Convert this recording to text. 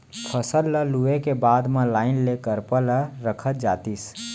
फसल ल लूए के बाद म लाइन ले करपा ल रखत जातिस